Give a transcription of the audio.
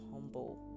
humble